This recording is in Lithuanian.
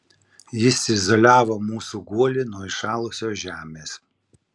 jis izoliavo mūsų guolį nuo įšalusios žemės